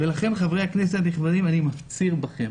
לכן, חברי הכנסת, אני מפציר בכם